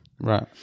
Right